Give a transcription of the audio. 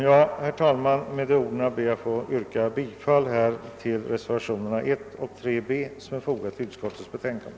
Med dessa ord ber jag att få yrka bifall till reservationerna 1 och 3 b, som är fogade till utskottets utlåtande.